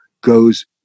goes